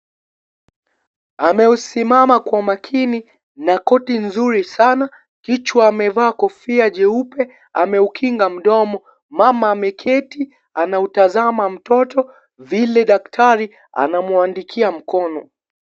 Ameusimama kwa makini, na koti nzuri sana. Kichwa, amevaa kofia jeupe. Ameukinga mdomo. Mama ameketi. Anautazama mtoto, vile daktari, anamwandikia mkono.